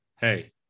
hey